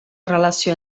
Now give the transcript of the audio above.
relació